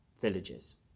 villages